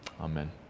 Amen